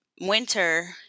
winter